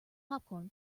popcorn